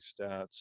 stats